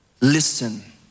Listen